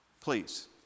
please